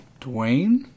Dwayne